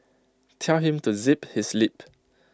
tell him to zip his lip